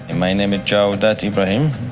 and my name is jawdat ibrahim.